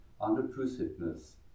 unobtrusiveness